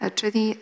Czyli